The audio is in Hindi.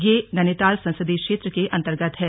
यह नैनीताल संसदीय क्षेत्र के अंतर्गत है